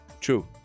True